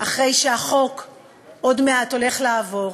כשהחוק הולך לעבור